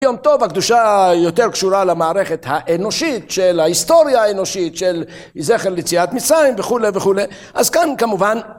יום טוב הקדושה יותר קשורה למערכת האנושית של ההיסטוריה האנושית של זכר ליציאת מצרים וכולי וכולי. אז כאן כמובן